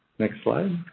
next slide.